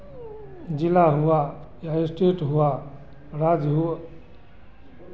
जिला हुआ या स्टेट हुआ राज्य हुव